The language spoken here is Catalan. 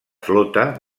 flota